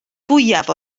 fwyaf